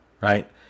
right